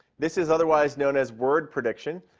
this is otherwise known as word prediction.